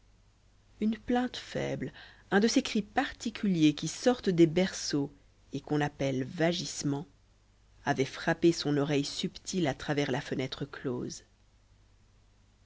une plainte faible un de ces cris particuliers qui sortent des berceaux et qu'on appelle vagissements avait frappé son oreille subtile à travers la fenêtre close